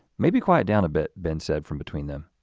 maybe quiet down a bit, ben said from between them.